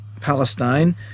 Palestine